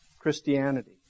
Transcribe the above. Christianity